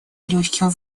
легкими